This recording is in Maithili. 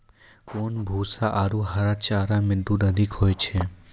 कोन भूसा आरु हरा चारा मे दूध अधिक होय छै?